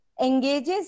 engages